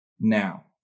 now